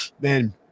man